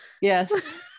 yes